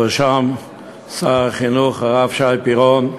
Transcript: בראשם שר החינוך הרב שי פירון,